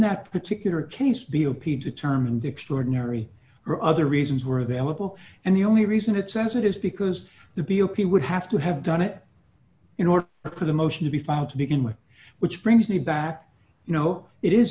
that particular case b o p determined extraordinary or other reasons were available and the only reason it says it is because the b o p would have to have done it in order for the motion to be filed to begin with which brings me back you know it is